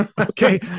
Okay